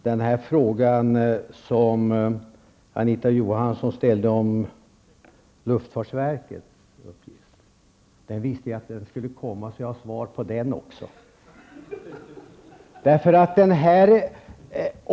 Herr talman! Den fråga som Anita Johansson ställde om frequent flyer-rabatter visste jag skulle komma, så jag har svar på den frågan också.